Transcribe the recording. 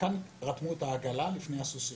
רתמו את העגלה לפני הסוסים.